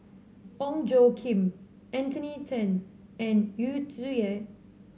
Ong Tjoe Kim Anthony Then and Yu Zhuye